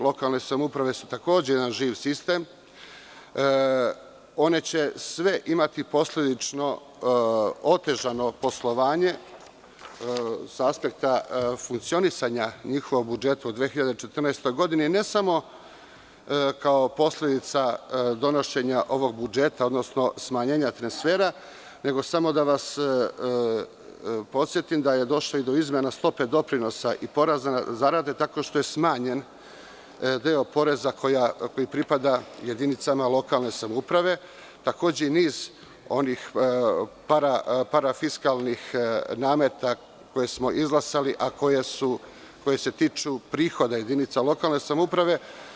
Lokalne samouprave su takođe jedan živ sistem, one će sve imati posledično otežano poslovanje sa aspekta funkcionisanja u njihovom budžetu, od 2014. godine, ne samo kao posledica donošenja ovog budžeta, odnosno smanjenja transfera, nego samo da vas podsetim da je došlo i do izmena stope doprinosa i poreza na zarade, tako što je smanjen deo poreza koji pripada jedinicama lokalne samouprave, takođe i niz parafiskalnih nameta koje smo izglasali, a koji se tiču prihoda jedinica lokalne samouprave.